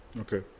Okay